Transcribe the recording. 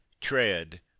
tread